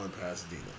Pasadena